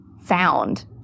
found